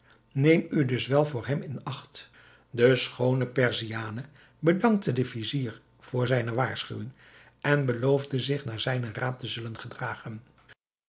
neem u dus wel voor hem in acht de schoone perziane bedankte den vizier voor zijne waarschuwing en beloofde zich naar zijnen raad te zullen gedragen